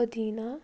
أدینہ